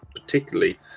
particularly